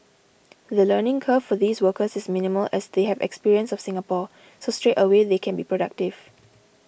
the learning curve for these workers is minimal as they have experience of Singapore so straightaway they can be productive